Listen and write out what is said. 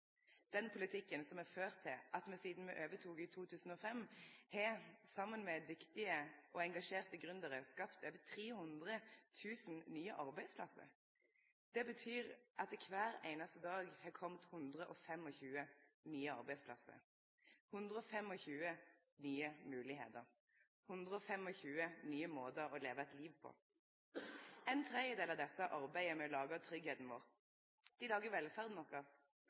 ført til at me, saman med dyktige og engasjerte gründerar, sidan me overtok i 2005 har skapt over 300 000 nye arbeidsplassar. Det betyr at det kvar einaste dag har kome 125 nye arbeidsplassar, 125 nye moglegheiter, 125 nye måtar å leve eit liv på. Ein tredjedel av desse arbeider med å lage tryggleiken vår. Dei lagar velferda vår, kvar einaste dag.